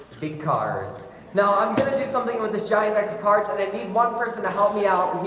big cards now, i'm gonna do something with this giant exit card, so they need one person to help me out